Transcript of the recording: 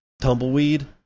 tumbleweed